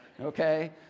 okay